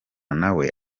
nawe